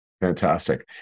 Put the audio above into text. Fantastic